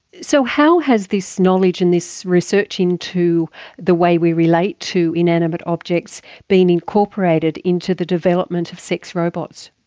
so how has this so knowledge and this research into the way we relate to inanimate objects been incorporated into the development of sex robots?